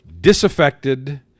disaffected